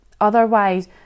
otherwise